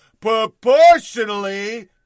proportionally